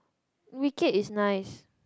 Wicked is nice